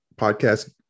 podcast